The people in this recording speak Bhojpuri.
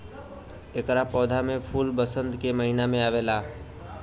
एकरा पौधा में फूल वसंत के महिना में आवेला